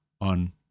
on